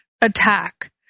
attack